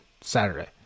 Saturday